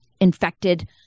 infected